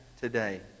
Today